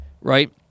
right